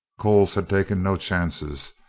coles had taken no chances,